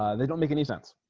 ah they don't make any sense